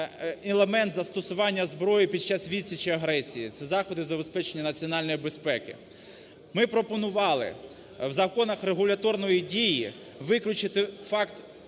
елемент застосування зброї під час відсічі агресії. Це заходи забезпечення національної безпеки. Ми пропонували в законах регуляторної дії виключити факт